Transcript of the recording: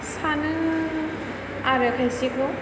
सानो आरो खायसेखौ